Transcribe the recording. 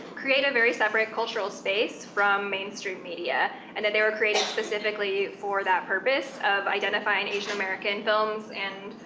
create a very separate cultural space from mainstream media, and that they were created specifically for that purpose of identifying asian american films and